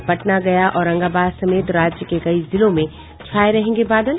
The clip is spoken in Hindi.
और पटना गया औरंगाबाद समेत राज्य के कई जिलों में छाये रहेंगे बादल